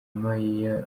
mayor